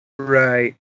right